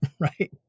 Right